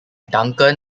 duncan